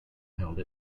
held